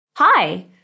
Hi